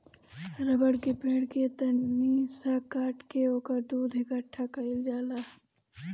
रबड़ के पेड़ के तनी सा काट के ओकर दूध इकट्ठा कइल जाला